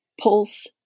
pulse